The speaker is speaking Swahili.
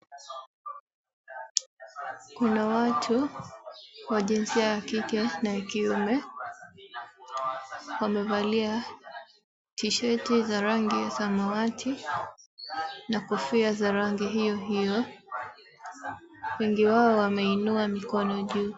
Kuna watu wa jinsia ya kike na ya kiume wamevalia tisheti za rangi ya samawati na kofia za rangi hiyo hiyo wengi wao wameinua mikono yao juu.